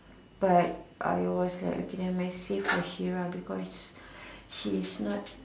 but I was like okay never mind save for Hera because she is not